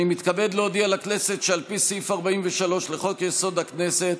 אני מתכבד להודיע לכנסת שעל פי סעיף 43 לחוק-יסוד: הכנסת,